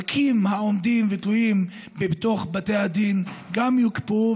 וגם התיקים העומדים ותלויים בתוך בתי הדין יוקפאו,